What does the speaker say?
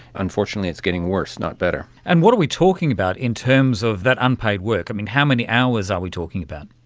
unfortunately it's getting worse, not better. and what are we talking about in terms of that unpaid work? how many hours are we talking about?